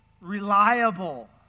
reliable